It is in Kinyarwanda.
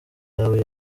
yawe